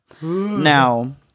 Now